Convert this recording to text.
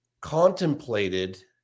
contemplated